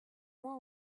moi